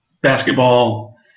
basketball